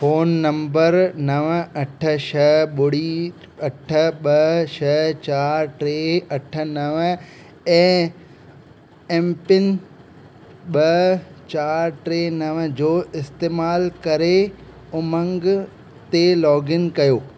phone number नव अठ छह ॿुड़ी अठ ॿ छह चारि टे अठ नव ऐं एमपिन ॿ चारि टे नव जो इस्तेमाल करे उमंग ते लॉगइन कयो